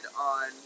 on